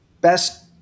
Best